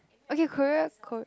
okay Korea kor~